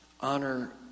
honor